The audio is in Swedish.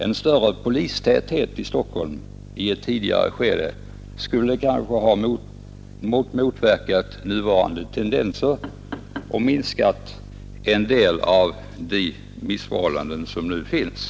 En större polistäthet i Stockholm i ett tidigare skede skulle kanske ha motverkat nuvarande tendenser och minskat en del av de missförhållanden som nu finns.